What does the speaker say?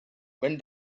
when